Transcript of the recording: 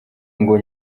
ngo